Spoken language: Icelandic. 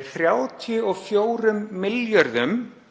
er 34 milljörðum